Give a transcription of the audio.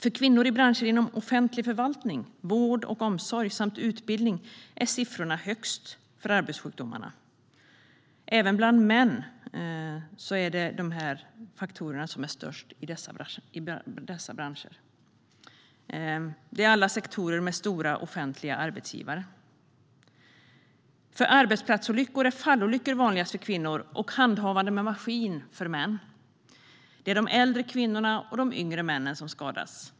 För kvinnor i branscher inom offentlig förvaltning, vård och omsorg samt utbildning är siffrorna högst för arbetssjukdomarna. Även bland män är det de här faktorerna som är störst i dessa branscher. De är alla sektorer med stora offentliga arbetsgivare. Vad gäller arbetsplatsolyckor är fallolyckor vanligast för kvinnor och olyckor vid handhavande av maskin vanligast för män. Det är de äldre kvinnorna och de yngre männen som skadas.